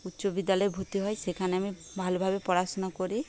উচ্চ বিদ্যালয়ে ভর্তি হয়ে সেখানে আমি ভালোভাবে পড়াশোনা করি